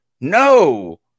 No